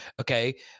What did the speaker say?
okay